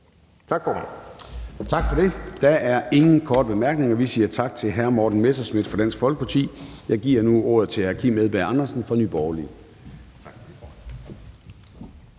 Tak for det. Der er ingen korte bemærkninger. Vi siger tak til hr. Morten Messerschmidt fra Dansk Folkeparti. Jeg giver nu ordet til hr. Kim Edberg Andersen fra Nye Borgerlige.